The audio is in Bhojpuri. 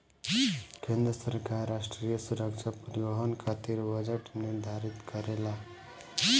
केंद्र सरकार राष्ट्रीय सुरक्षा परिवहन खातिर बजट निर्धारित करेला